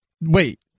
Wait